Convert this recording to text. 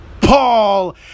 Paul